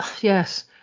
Yes